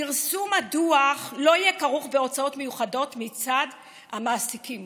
פרסום הדוח לא יהיה כרוך בהוצאות מיוחדות מצד המעסיקים